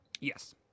Yes